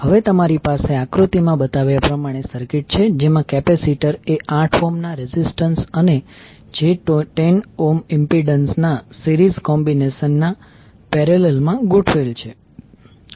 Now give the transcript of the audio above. હવે તમારી પાસે આકૃતિમાં બતાવ્યા પ્રમાણે સર્કિટ છે જેમાં કેપેસિટર એ 8 ઓહ્મ ના રેઝિસ્ટન્સ અને j10 ઓહ્મ ઇમ્પિડન્સ ના સિરિઝ કોમ્બિનેશન ના પેરેલલ માં ગોઠવેલ છે